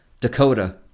Dakota